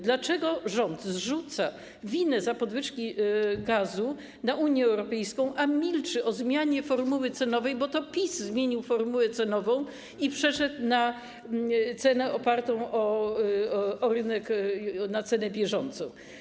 Dlaczego rząd zrzuca winę za podwyżki gazu na Unię Europejską, a milczy o zmianie formuły cenowej, bo to PiS zmienił formułę cenową i przeszedł na cenę opartą o rynek, na cenę bieżącą?